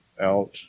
out